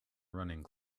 running